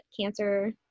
cancer